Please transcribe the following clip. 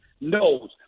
knows